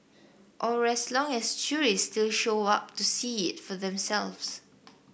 or as long as tourists still show up to see it for themselves